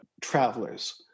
travelers